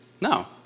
No